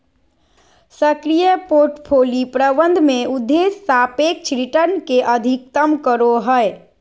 सक्रिय पोर्टफोलि प्रबंधन में उद्देश्य सापेक्ष रिटर्न के अधिकतम करो हइ